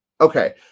Okay